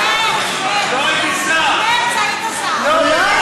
במרס היית שר.